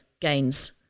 gains